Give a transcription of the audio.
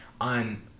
on